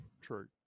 True